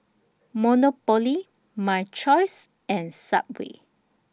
Monopoly My Choice and Subway